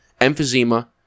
emphysema